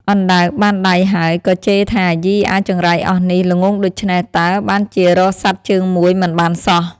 អណ្ដើកបានដៃហើយ ក៏ជេរថា៖ "យីអាចង្រៃអស់នេះ ល្ងង់ដូច្នេះតើបានជារកសត្វជើងមួយមិនបានសោះ!